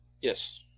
Yes